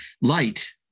light